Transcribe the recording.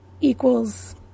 equals